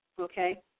okay